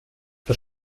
los